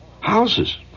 Houses